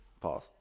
Pause